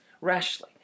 rashly